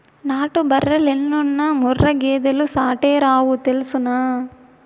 నాటు బర్రెలెన్నున్నా ముర్రా గేదెలు సాటేరావు తెల్సునా